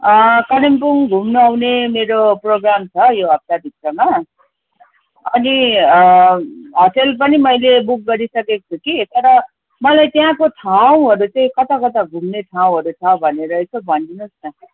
कालिम्पोङ घुम्नु आउने मेरो प्रोगाम छ यो हफ्ताभित्रमा अनि होटल पनि मैले बुक गरिसकेको छु कि तर मलाई त्यहाँको ठाउँहरू चाहिँ कताकता घुम्ने ठाउँहरू छ भनेर यसो भनिदिनु होस् न